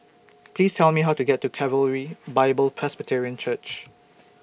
Please Tell Me How to get to Calvary Bible Presbyterian Church